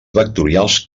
vectorials